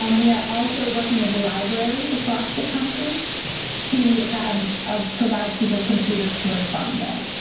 um we are also working with libraries across the country to have ah provide people computers to respond there.